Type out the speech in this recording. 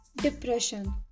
Depression